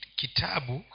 kitabu